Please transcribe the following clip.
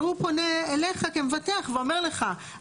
והוא פונה אליך כמבטח ואומר לך.